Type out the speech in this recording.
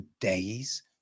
days